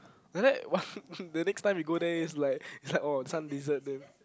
like that one the next time you go there is like is like oh this one dessert then